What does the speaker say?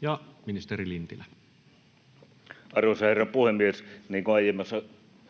Ja ministeri Lintilä. Arvoisa herra puhemies! Niin kuin aiemmassa